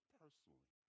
personally